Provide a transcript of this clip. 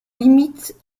limite